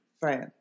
Right